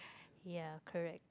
ya correct